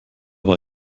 war